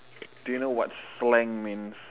do you know what slang means